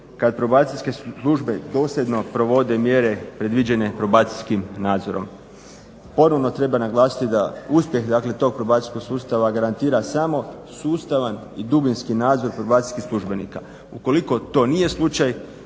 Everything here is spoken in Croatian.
kada probacijske službe dosljedno provode mjere predviđene probacijskim nadzorom. Ponovno treba naglasiti da uspjeh tog probacijskog sustava garantira samo sustavan i dubinski nadzor probacijskih službenika. Ukoliko to nije slučaj,